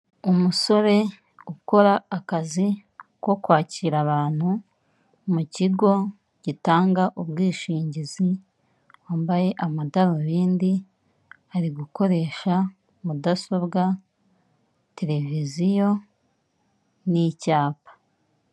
Umusore ukora akazi ko kwakira abantu mu kigo gitanga ubwishingizi wambaye amadarubindi, ari gukoresha mudasobwa tereviziyo n'icyapa.